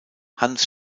hans